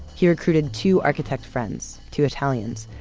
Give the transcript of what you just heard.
he recruited two architect friends, two italians,